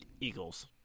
Eagles